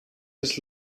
his